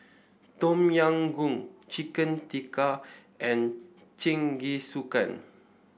Tom Yam Goong Chicken Tikka and Jingisukan